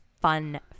fun